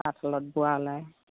তাঁতশালত বোৱা ওলাই